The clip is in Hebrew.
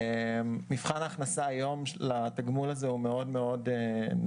היום מבחן ההכנסה לתגמול הזה הוא מאוד מאוד נוקשה,